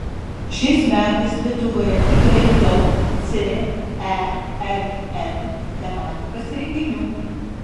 šiais metais lietuvoje tikrai daug cern tematikos renginių